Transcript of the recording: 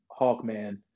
Hawkman